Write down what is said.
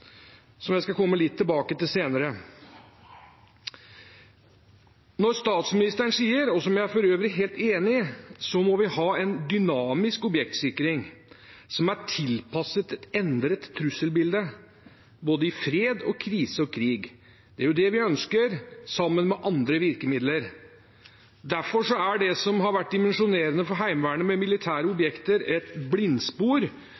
som jeg skal komme litt tilbake til senere. Statsministeren sier – og som jeg for øvrig er helt enig i – at vi må ha en dynamisk objektsikring som er tilpasset et endret trusselbilde, både i fred, i krise og i krig. Det er jo det vi ønsker – sammen med andre virkemidler. Derfor er det som har vært dimensjonerende for Heimevernet, med militære